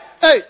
hey